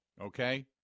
Okay